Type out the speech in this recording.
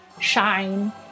shine